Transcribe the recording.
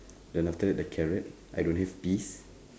then after that the carrot I don't have peas